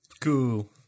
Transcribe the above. Cool